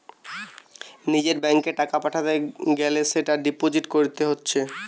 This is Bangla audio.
নিজের ব্যাংকে টাকা পাঠাতে গ্যালে সেটা ডিপোজিট কোরতে হচ্ছে